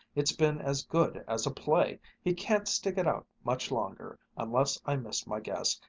it's been as good as a play! he can't stick it out much longer, unless i miss my guess,